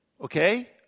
Okay